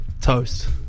toast